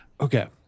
Okay